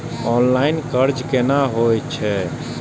Online कर्ज केना होई छै?